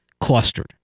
clustered